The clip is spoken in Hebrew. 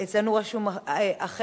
אצלנו רשום אחרת,